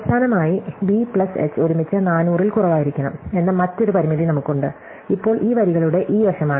അവസാനമായി B plus H ഒരുമിച്ച് 400 ൽ കുറവായിരിക്കണം എന്ന മറ്റൊരു പരിമിതി നമുക്കുണ്ട് ഇപ്പോൾ ഈ വരികളുടെ ഈ വശമാണ്